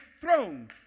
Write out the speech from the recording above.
throne